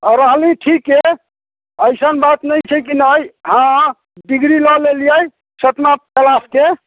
रहली ठीके ऐसन बात नहि छै कि नहि हँ डिगरी लऽ लेलियै सतमा क्लासके